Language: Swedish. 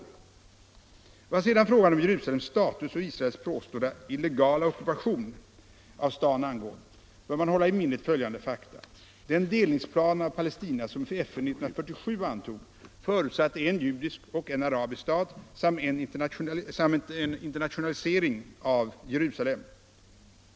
Vad sedan frågan om Jerusalems status och Israels påstådda ”illegala ockupation” av staden angår, bör man hålla i minnet följande fakta. Den delningsplan för Palestina som FN 1947 antog, förutsatte en judisk och en arabisk stat samt en internationalisering av Jerusalem.